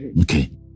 Okay